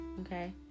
okay